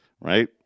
Right